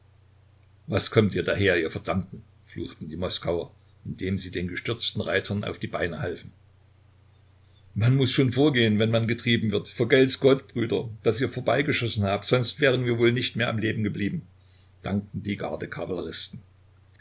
was kommt ihr daher ihr verdammten fluchten die moskauer indem sie den gestürzten reitern auf die beine halfen man muß schon vorgehen wenn man getrieben wird vergelt's gott brüder daß ihr vorbeigeschossen habt sonst wären wir wohl nicht am leben geblieben dankten die gardekavalleristen